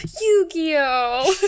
Yu-Gi-Oh